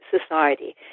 society